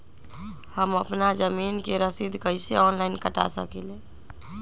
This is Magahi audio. हम अपना जमीन के रसीद कईसे ऑनलाइन कटा सकिले?